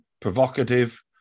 provocative